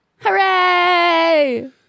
Hooray